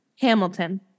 Hamilton